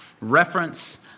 reference